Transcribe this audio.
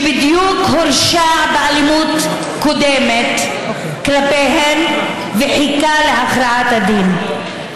שבדיוק הורשע באלימות קודמת כלפיהן וחיכה להכרעת הדין.